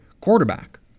quarterback